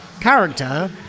character